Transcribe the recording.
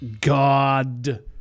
God